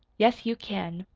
yes, you can.